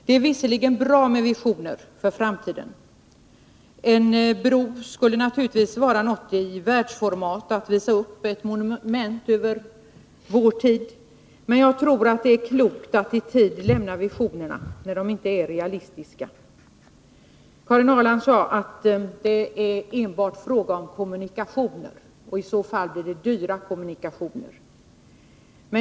Det är visserligen bra med visioner för framtiden, och en bro skulle naturligtvis vara något i världsformat, ett monument över sin tid, att visa upp, men jag tror att det är klokt att i tid lämna visionerna, när de inte är realistiska. Karin Ahrland sade att det enbart är fråga om kommunikationer. Och i så fall blir det dyra kommunikationer.